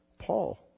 Paul